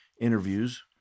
interviews